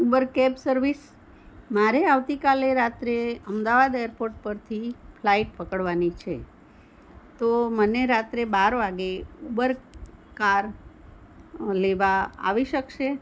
Uber cab service મારે આવતીકાલે રાત્રે અમદાવાદ એરપોર્ટ પરથી ફ્લાઈટ પકડવાની છે તો મને રાત્રે બાર વાગ્યે ઉબર કાર લેવા આવી શકશે